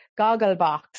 Gogglebox